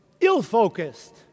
ill-focused